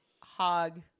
hog